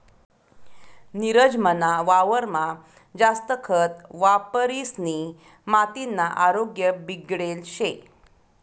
नीरज मना वावरमा जास्त खत वापरिसनी मातीना आरोग्य बिगडेल शे